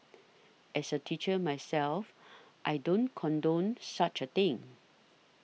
as a teacher myself I don't condone such a thing